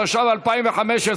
התשע"ו 2015,